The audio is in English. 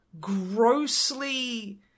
grossly